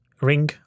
ring